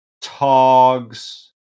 Togs